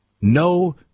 No